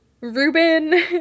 Ruben